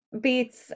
beats